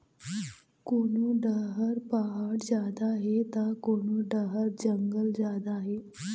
कोनो डहर पहाड़ जादा हे त कोनो डहर जंगल जादा हे